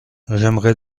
j’aimerais